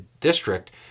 district